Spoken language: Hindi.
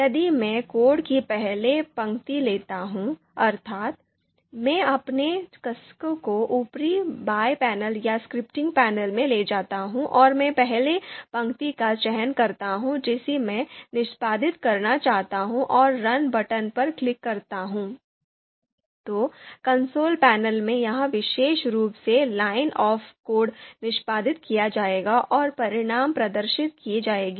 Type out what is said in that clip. यदि मैं कोड की पहली पंक्ति लेता हूं अर्थात मैं अपने कर्सर को ऊपरी बाएं पैनल या स्क्रिप्टिंग पैनल में ले जाता हूं और मैं पहली पंक्ति का चयन करता हूं जिसे मैं निष्पादित करना चाहता हूं और रन बटन पर क्लिक करता हूं तो कंसोल पैनल में यह विशेष रूप से लाइन ऑफ कोड निष्पादित किया जाएगा और परिणाम प्रदर्शित किए जाएंगे